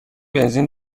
بنزین